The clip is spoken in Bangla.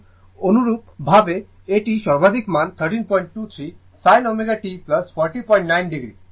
সুতরাং অনুরূপ ভাবে এটি সর্বাধিক মান 1323 sin ω t 409o